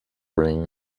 ring